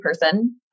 person